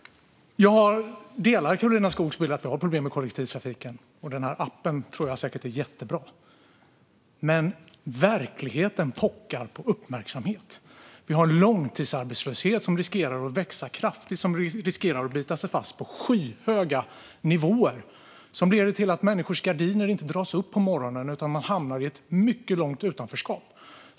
Jag delar Karolina Skogs bild att vi har problem med kollektivtrafiken, och den här appen tror jag säkert är jättebra. Men verkligheten pockar på uppmärksamhet. Vi har en långtidsarbetslöshet som riskerar att växa kraftigt och bita sig fast på skyhöga nivåer. Den leder till att människors gardiner inte dras upp på morgonen; i stället hamnar man i ett mycket långt utanförskap.